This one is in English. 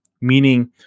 meaning